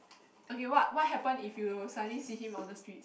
okay what what happen if you suddenly see him on the street